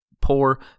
poor